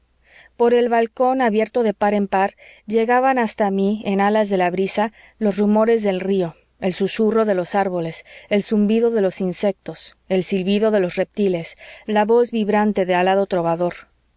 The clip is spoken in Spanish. por el balcón abierto de par en par llegaban hasta mí en alas de la brisa los rumores del río el susurro de los árboles el zumbido de los insectos el silbido de los reptiles la voz vibrante de alado trovador